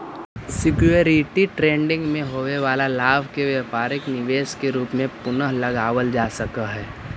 security trading में होवे वाला लाभ के व्यापारिक निवेश के रूप में पुनः लगावल जा सकऽ हई